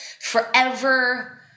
forever